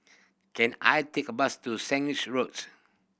can I take a bus to Sandwich Road